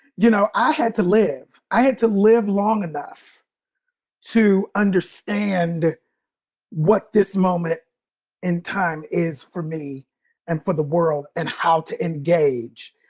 you know, i had to live. i had to live long enough to understand what this moment in time is for me and for the world and how to engage